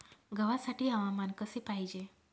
गव्हासाठी हवामान कसे पाहिजे?